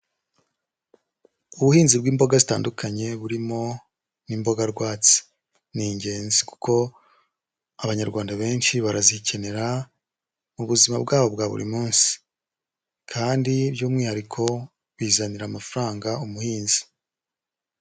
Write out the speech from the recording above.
Ubuhinzi bw'imboga zitandukanye burimo n'imboga rwatsi, ni ingenzi kuko Abanyarwanda benshi barazikenera mu buzima bwabo bwa buri munsi kandi by'umwihariko bizanira amafaranga umuhinzi.